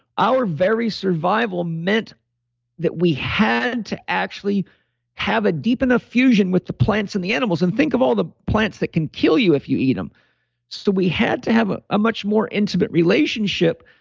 our very survival meant that we had to actually have a deep enough fusion with the plants and the animals. and think of all the plants that can kill you if you eat them so we had to have ah a much more intimate relationship.